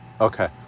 okay